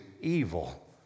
evil